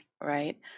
right